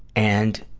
and,